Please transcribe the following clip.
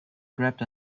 grabbed